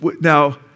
now